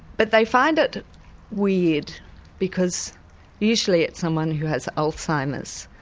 but they find it weird because usually it's someone who has alzheimer's.